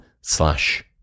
slash